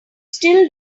still